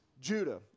Judah